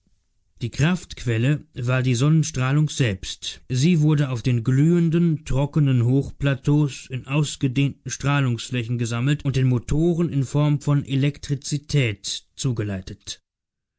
die kraftquelle war die sonnenstrahlung selbst sie wurde auf den glühenden trockenen hochplateaus in ausgedehnten strahlungsflächen gesammelt und den motoren in form von elektrizität zugeleitet